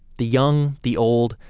the young, the old,